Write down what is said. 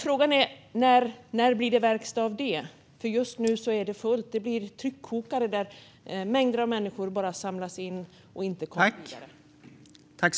Frågan är: När blir det verkstad av detta? Just nu är det fullt. Det blir som en tryckkokare när mängder av människor samlas och inte kommer vidare.